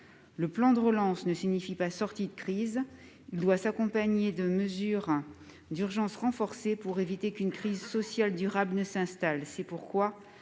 Le « plan de relance » ne signifie pas « sortie de crise », il doit s'accompagner de mesures d'urgence renforcées pour éviter qu'une crise sociale durable ne s'installe.